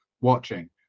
watching